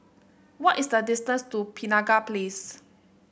what is the distance to Penaga Place